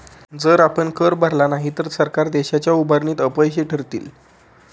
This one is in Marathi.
जर आपण कर भरला नाही तर सरकार देशाच्या उभारणीत अपयशी ठरतील